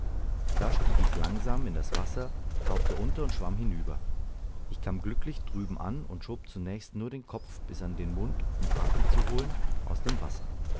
da stieg ich langsam in das wasser tauchte unter und schwamm hinüber ich kam glücklich drüben an und schob zunächst nur den kopf bis an den mund um atem zu holen aus dem wasser